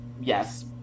yes